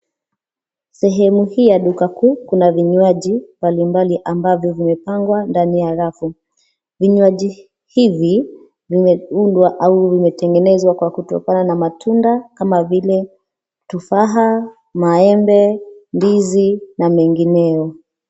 Sehemu hii ya duka kuu, kuna vinywaji mbalimbali ambavyo vimepangwa ndani ya rafu. Vinywaji hivi vimeundwa au vimetengenezwa kwa kutokana na matunda kama vile tufaha, maembe, ndizi na mengineo.